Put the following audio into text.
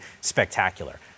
spectacular